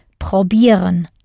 Probieren